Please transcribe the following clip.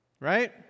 right